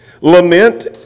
Lament